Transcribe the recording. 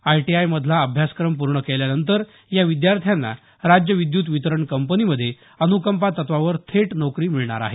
आयटीआयमधला अभ्यासक्रम पूर्ण केल्यानंतर या विद्यार्थ्यांना राज्य विद्यत वितरण कंपनीमध्ये अनुकंपा तत्त्वावर थेट नोकरी मिळणार आहे